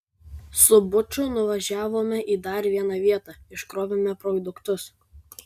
su buču nuvažiavome į dar vieną vietą iškrovėme produktus